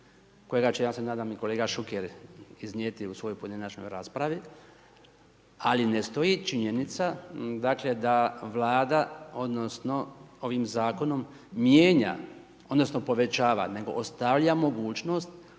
koja će, ja se nadam i kolega Šuker iznijeti u svojoj pojedinačnoj raspravi, ali ne stoji činjenica dakle, da Vlada odnosno ovim Zakonom mijenja odnosno povećava nego ostavlja mogućnost